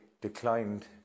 declined